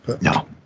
No